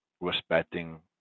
respecting